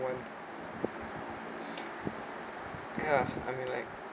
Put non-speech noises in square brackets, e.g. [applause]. one [breath] ya I mean like